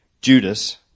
Judas